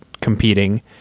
competing